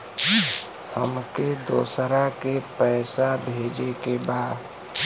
हमके दोसरा के पैसा भेजे के बा?